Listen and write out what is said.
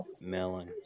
melon